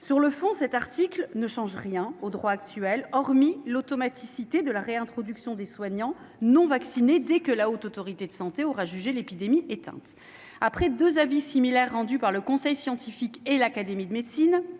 Sur le fond, cet article ne change rien au droit actuel, hormis l'automaticité de la réintroduction des soignants non vaccinés, dès que la Haute Autorité de santé aura jugé l'épidémie éteinte. Après deux avis similaires rendus par le conseil scientifique et l'Académie de médecine,